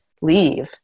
leave